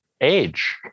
age